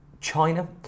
China